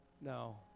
No